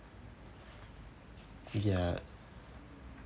ya